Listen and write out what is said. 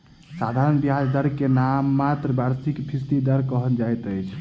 साधारण ब्याज दर के नाममात्र वार्षिक फीसदी दर कहल जाइत अछि